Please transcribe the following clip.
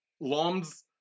Lom's